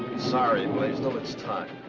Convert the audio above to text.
sorry, blaisdell, it's time.